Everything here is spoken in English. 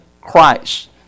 Christ